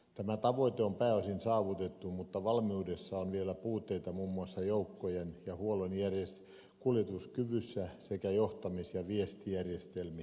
tämä tavoite on pääosin saavutettu mutta valmiudessa on vielä puutteita muun muassa joukkojen ja huollon kuljetuskyvyssä sekä johtamis ja viestijärjestelmissä